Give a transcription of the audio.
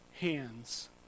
hands